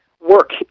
Work